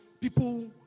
people